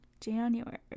january